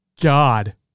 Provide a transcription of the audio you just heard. God